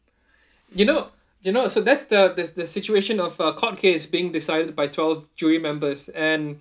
you know you know so that's the that's the situation of a court case being decided by twelve jury members and